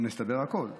במצטבר הכול,